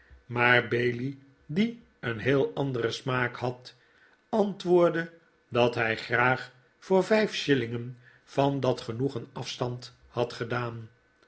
maar bailey die een heel anderen smaak had antwoordde dat hij graag voor vijf shillingen van dat genoegen afstand had gedaan